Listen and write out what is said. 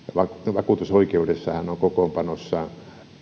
vakuutusoikeudessahan on kokoonpanossa